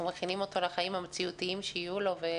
מכינים אותו לחיים המציאותיים שיהיו לו,